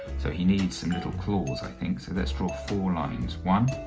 so he needs some little claws i think so let's draw four lines one,